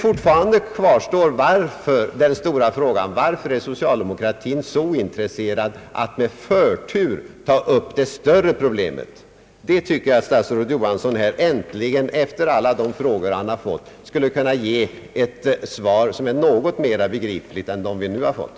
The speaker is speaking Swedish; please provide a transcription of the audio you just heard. Fortfarande kvarstår dock den stora frågan: Varför är socialdemokratin så ointresserad av att med förtur ta upp det större problemet? Denna fråga tycker jag att statsrådet Johansson äntligen efter alla de frågor som han har fått skulle kunna ge ett svar på som är något mera begripligt än dem vi hittills har fått.